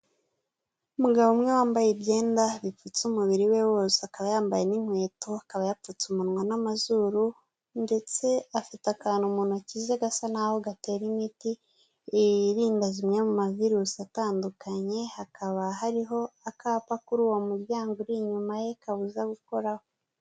Umugabo umwe wambaye ibyenda bipfutse umubiri we wose akaba yambaye n'inkweto akaba yapfutse umunwa n'amazuru, ndetse afite akantu mu ntoki ze gasa naho gatera imiti irinda zimwe mu ma virusi atandukanye, hakaba hariho akapa kuri uwo muryango uri inyuma ye kabuza gukoraho.